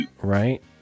Right